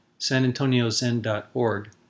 sanantoniozen.org